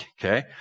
Okay